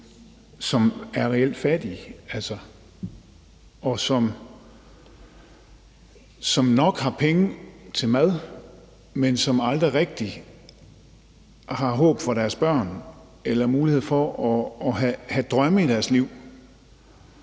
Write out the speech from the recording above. som er reelt fattige, og som nok har penge til mad, men som aldrig rigtig har håb for deres børn eller mulighed for at have drømme i deres liv.